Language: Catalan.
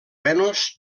venus